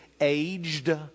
aged